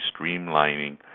streamlining